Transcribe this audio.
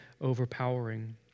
overpowering